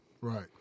Right